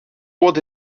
what